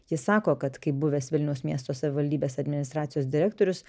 jis sako kad kaip buvęs vilniaus miesto savivaldybės administracijos direktorius